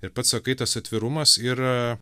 ir pats sakai tas atvirumas ir